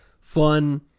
fun